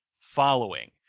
following